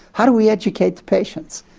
how do we educate the patients?